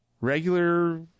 regular